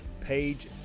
page